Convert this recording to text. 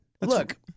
Look